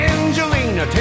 Angelina